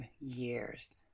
years